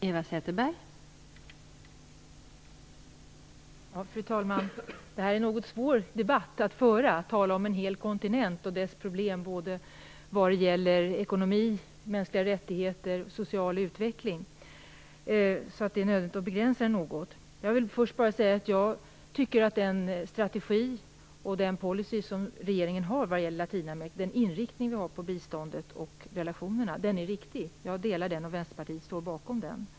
Fru talman! Det är något svårt att föra en sådan här debatt om en hel kontinent och dess problem vad gäller ekonomi, mänskliga rättigheter och social utveckling. Det är nödvändigt att begränsa debatten något. Jag vill först säga att jag tycker att den strategi och den policy som regeringen har vad gäller Latinamerika liksom inriktningen av biståndet och relationerna är viktiga frågor. Jag delar denna strategi, och Vänsterpartiet står bakom den.